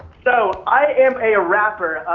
so i am a rapper,